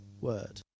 word